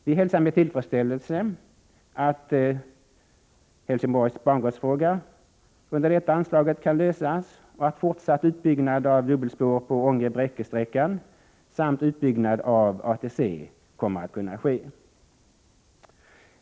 Vi hälsar med tillfredsställelse att under detta anslag Helsingborgs bangårdsfråga kan lösas och att fortsatt utbyggnad av dubbelspår på sträckan Ånge-Bräcke samt utbyggnad av ATC kommer att kunna ske.